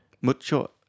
¿Mucho